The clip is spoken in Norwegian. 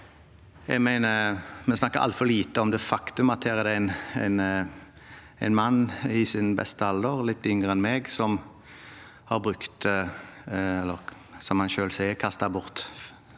vi snakker altfor lite om det faktum at det her er en mann i sin beste alder, litt yngre enn meg, som har brukt – eller, som han selv sier, kastet bort